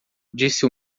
disse